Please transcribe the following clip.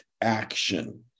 action